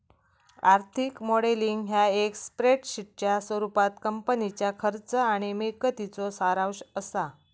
आर्थिक मॉडेलिंग ह्या एक स्प्रेडशीटच्या स्वरूपात कंपनीच्या खर्च आणि मिळकतीचो सारांश असा